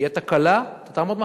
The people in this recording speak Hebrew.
תהיה תקלה, אתה תעמוד מאחוריה,